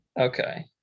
Okay